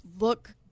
look